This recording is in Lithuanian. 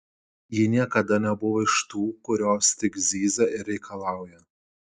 ji niekada nebuvo iš tų kurios tik zyzia ir reikalauja